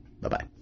Bye-bye